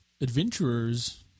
adventurers